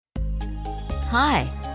Hi